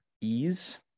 ease